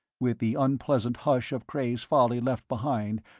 with the unpleasant hush of cray's folly left behind,